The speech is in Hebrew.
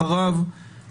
בוקר טוב ומועדים